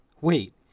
wait